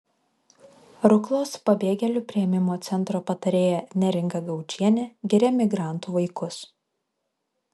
ruklos pabėgėlių priėmimo centro patarėja neringa gaučienė giria migrantų vaikus